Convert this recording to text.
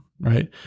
right